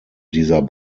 dieser